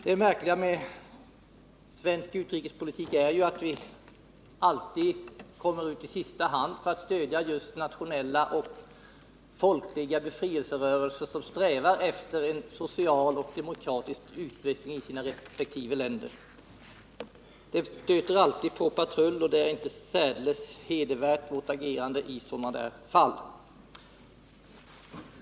Det märkliga med svensk utrikespolitik är ju att vi alltid kommer ut i sista hand för att stödja just nationella och folkliga befrielserörelser som strävar efter en social och demokratisk utveckling i sina resp. länder. Vårt agerande i sådana fall stöter alltid på patrull och anses inte särdeles hedervärt.